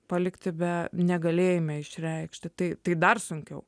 palikti be negalėjime išreikšti tai tai dar sunkiau